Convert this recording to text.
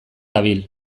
dabil